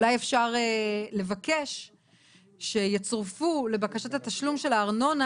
אולי אפשר לבקש שיצורפו לבקשת התשלום של הארנונה